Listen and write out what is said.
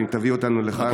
ואם תביאו אותנו לכאן,